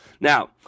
Now